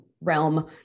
realm